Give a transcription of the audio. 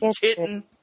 kitten